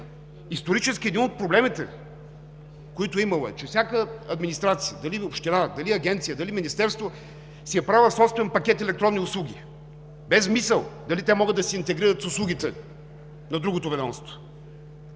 Исторически един от проблемите, които имаме, е, че всяка администрация – дали на община, дали на агенция, дали на министерство, си е правила собствен пакет електронни услуги без мисъл дали те могат да се интегрират с услугите на другото ведомство.